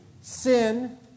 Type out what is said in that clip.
Sin